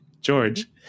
George